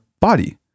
body